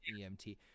EMT